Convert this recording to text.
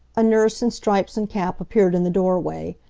a nurse in stripes and cap appeared in the doorway.